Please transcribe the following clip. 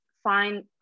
find